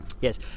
yes